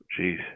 Jeez